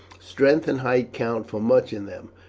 strength and height count for much in them,